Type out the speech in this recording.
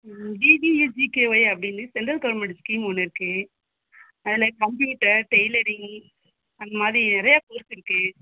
DTU GKY அப்படின்னு central government scheme ஒன்று இருக்குது அதில் கம்ப்யூட்டர் டெய்லரிங் அந்த மாதிரி நிறைய கோர்ஸ் இருக்குது